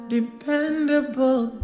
Dependable